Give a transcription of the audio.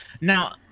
Now